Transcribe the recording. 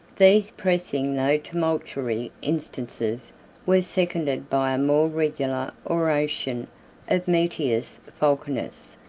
these pressing though tumultuary instances were seconded by a more regular oration of metius falconius,